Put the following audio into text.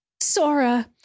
Sora